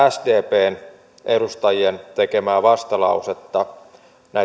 sdpn edustajien tekemää vastalausetta